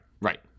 right